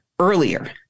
earlier